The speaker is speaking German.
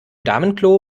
damenklo